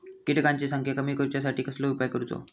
किटकांची संख्या कमी करुच्यासाठी कसलो उपाय करूचो?